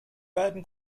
beiden